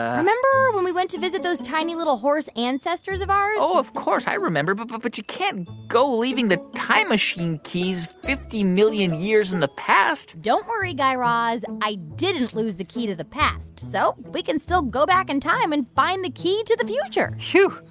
remember when we went to visit those tiny little horse ancestors of ours? oh, of course, i remember. but but but you can't go leaving the time machine keys fifty million years in the past don't worry, guy raz. i didn't lose the key to the past, so we can still go back in time and find the key to the future whew.